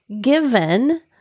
given